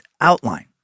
outline